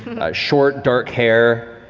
short, dark hair.